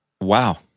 Wow